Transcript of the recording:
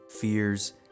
fears